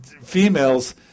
females